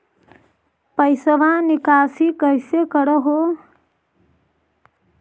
पैसवा निकासी कैसे कर हो?